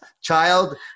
child